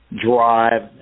drive